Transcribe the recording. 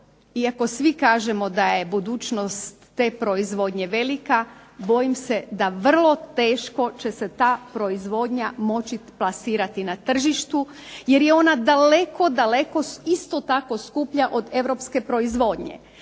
iako svi kažemo da je budućnost te proizvodnje velika, bojim se da vrlo teško će se ta proizvodnja moći plasirati na tržištu jer je ona daleko, daleko isto tako skuplja od Europske proizvodnje.